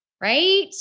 Right